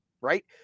Right